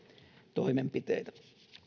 toimenpiteitä